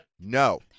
No